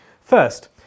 First